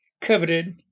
coveted